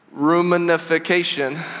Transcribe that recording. ruminification